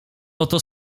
oto